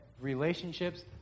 relationships